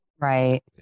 Right